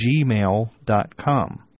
gmail.com